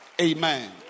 Amen